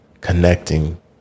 connecting